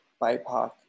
BIPOC